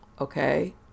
okay